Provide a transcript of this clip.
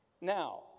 Now